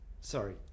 sorry